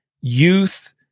youth